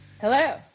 Hello